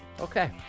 Okay